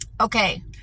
okay